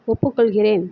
ஒப்புக்கொள்கிறேன்